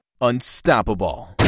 unstoppable